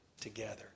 together